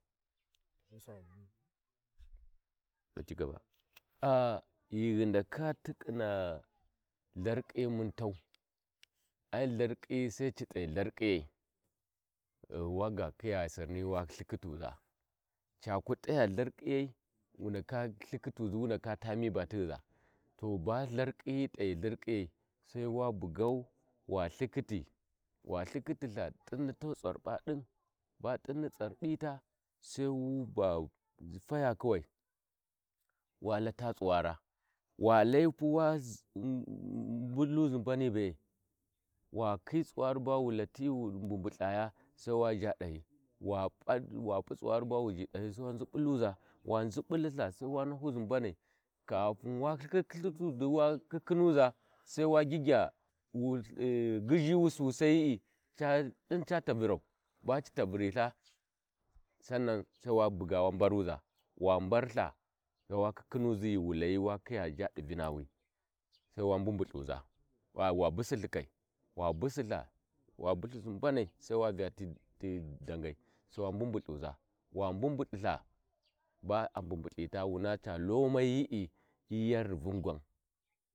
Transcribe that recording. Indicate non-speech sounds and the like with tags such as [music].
[unintelligible] [noise] [hesitation] Ghi ghu ndaka tikkina Ilharkiyi mun tau ai ltharkiyi sai ci t’yi t’ai lthoukhiyai ghu waga khiya Suini wa lthikhifuʒa caku t’aya lthaki yai wu ndaka lthikituʒi wu ndaka faa mi ba tighiʒa to ba lthirkiyi t’iya ;thirk’iyai wu ndaka bugau wa lthikiti ltha t’iuni tu tsarɓa dun ba tinni tsarɓita sai wu uu ba fa kuwai wa lata tsuwara wa lai pu wa [unintelligible] mbani be’e wa khiyi tsuwari ba latti wu mbunmu lthaya sai wa zha dahi wa pu tsuwati bawa [noise] zhi dahi [noise] saiwa Azibuluʒa wa nʒibuliltha wa wa nahuzi mbanai katin wa lthakhituʒa Wa Kantuʒa sai waghigya gizuwusosayi din ca yavinau ba ci tavilha saunan Sai wa buga wa mbaruʒa wa mbarlha Sai kakuniʒa ghi wu layi wa kiyi zha di vinawi Sai wa mbunbu thuʒa ai wa busilthi kai wa busilhi mbanai sa wa vya ti dangau Sai wa mbumbulhuʒa wa mbumbultha Wuna ca lomayi’I li yan ribun gwan.